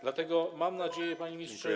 Dlatego mam nadzieję, panie ministrze.